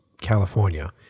California